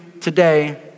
today